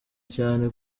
cyane